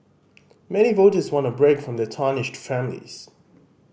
many voters want a break from the tarnished families